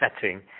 setting